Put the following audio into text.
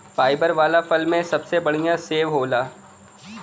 fibre वाला फल में सबसे बढ़िया सेव होला